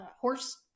horse